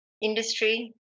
industry